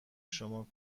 شما